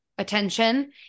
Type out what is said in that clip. attention